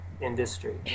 industry